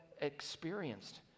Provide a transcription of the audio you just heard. experienced